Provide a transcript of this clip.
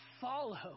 Follow